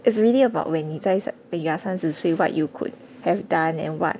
it's really about when 你在 when you are 三十岁 what you could have done and what